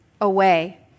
away